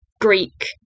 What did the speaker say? Greek